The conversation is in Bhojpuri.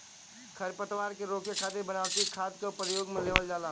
खरपतवार के रोके खातिर बनावटी खाद क परयोग में लेवल जाला